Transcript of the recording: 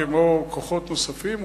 כמו כוחות נוספים,